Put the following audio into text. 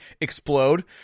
explode